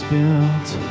Built